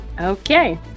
Okay